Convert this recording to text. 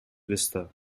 vista